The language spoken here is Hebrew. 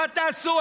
מה תעשו?